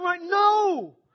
No